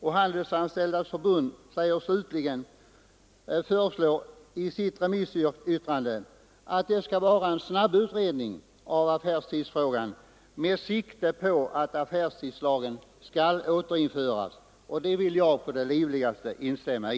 Och Handelsanställdas förbund föreslår i sitt remissyttrande att det skall vara en snabbutredning av affärstidsfrågan med sikte på att affärstidslagen skall återinföras, och det vill jag på det livligaste instämma i.